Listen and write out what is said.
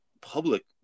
public